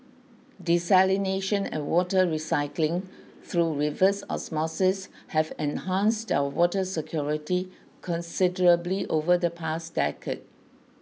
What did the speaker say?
desalination and water recycling through reverse osmosis have enhanced our water security considerably over the past decade